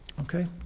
Okay